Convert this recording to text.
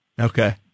Okay